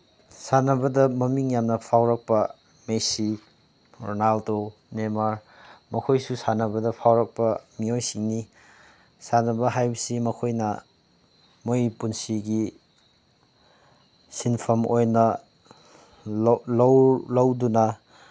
ꯁꯥꯟꯅꯕꯗ ꯃꯃꯤꯡ ꯌꯥꯝꯅ ꯐꯥꯎꯔꯛꯄ ꯃꯦꯁꯤ ꯔꯣꯅꯥꯜꯗꯣ ꯅꯦꯃꯥꯔ ꯃꯈꯣꯏꯁꯨ ꯁꯥꯟꯅꯕꯗ ꯐꯥꯎꯔꯛꯄ ꯃꯤꯑꯣꯏꯁꯤꯡꯅꯤ ꯁꯥꯟꯅꯕ ꯍꯥꯏꯕꯁꯤ ꯃꯈꯣꯏꯅ ꯃꯣꯏ ꯄꯨꯟꯁꯤꯒꯤ ꯁꯤꯟꯐꯝ ꯑꯣꯏꯅ ꯂꯧꯗꯨꯅ